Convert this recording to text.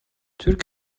türk